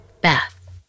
Beth